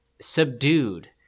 subdued